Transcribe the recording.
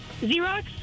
Xerox